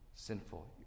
Sinful